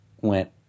went